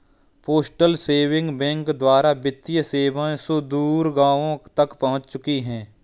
postal saving bank द्वारा वित्तीय सेवाएं सुदूर गाँवों तक पहुंच चुकी हैं